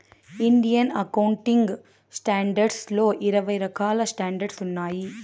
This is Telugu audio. ఇండియన్ అకౌంటింగ్ స్టాండర్డ్స్ లో ఇరవై రకాల స్టాండర్డ్స్ ఉన్నాయి